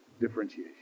differentiation